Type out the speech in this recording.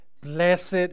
Blessed